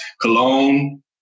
cologne